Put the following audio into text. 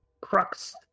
Crux